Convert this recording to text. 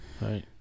right